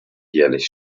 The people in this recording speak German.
jährlich